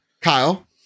Kyle